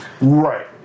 right